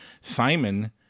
Simon